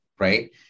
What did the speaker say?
Right